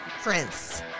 Prince